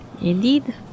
Indeed